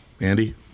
Andy